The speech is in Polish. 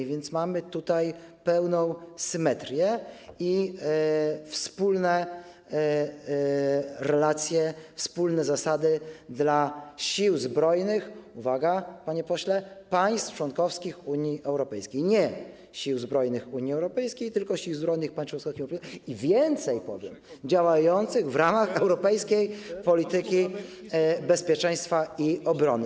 A więc mamy tu pełną symetrię i wspólne relacje, wspólne zasady dla sił zbrojnych - uwaga, panie pośle - państw członkowskich Unii Europejskiej, nie sił zbrojnych Unii Europejskiej, tylko sił zbrojnych państw członkowskich Unii Europejskiej, i powiem więcej: działających w ramach europejskiej polityki bezpieczeństwa i obrony.